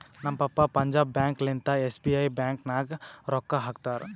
ನಮ್ ಪಪ್ಪಾ ಪಂಜಾಬ್ ಬ್ಯಾಂಕ್ ಲಿಂತಾ ಎಸ್.ಬಿ.ಐ ಬ್ಯಾಂಕ್ ನಾಗ್ ರೊಕ್ಕಾ ಹಾಕ್ತಾರ್